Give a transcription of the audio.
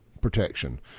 protection